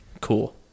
cool